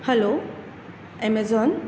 hello amazon